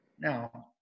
now